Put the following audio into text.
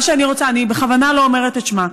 אני בכוונה לא אומרת את שמה,